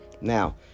now